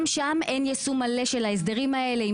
גם שם אין יישום מלא של ההסדרים האלה,